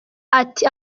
ati